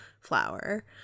flower